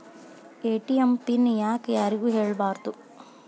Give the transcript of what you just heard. ATM PIN ಯಾಕ್ ಯಾರಿಗೂ ಹೇಳಬಾರದು?